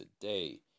today